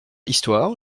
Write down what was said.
histoire